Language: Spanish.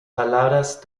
palabras